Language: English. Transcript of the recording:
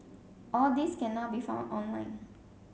all these can now be found online